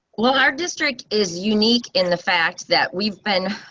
well, our district is unique in the fact that we've been